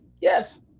Yes